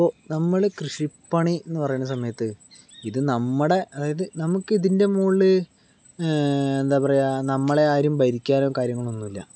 ഇപ്പോൾ നമ്മള് കൃഷിപ്പണി എന്ന് പറയണ സമയത്ത് ഇത് നമ്മുടെ അതായത് നമുക്കിതിൻ്റെ മുകളില് എന്താ പറയുക നമ്മളെ ആരും ഭരിക്കാനോ കാര്യങ്ങളൊന്നുമില്ല